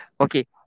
Okay